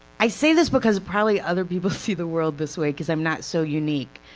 i say this because probably other people see the world this way, because i am not so unique,